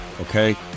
okay